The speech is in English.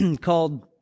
called